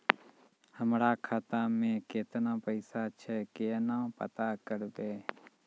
हमरा खाता मे केतना पैसा छै, केना पता करबै?